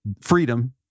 freedom